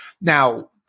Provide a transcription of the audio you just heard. now